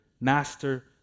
Master